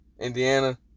Indiana